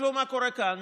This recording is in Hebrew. תסתכלו מה קורה כאן,